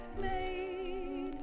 made